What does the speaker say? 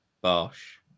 Bosh